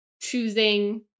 choosing